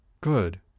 Good